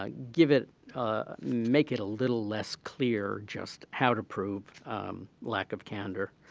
um give it make it a little less clear just how to prove lack of candor.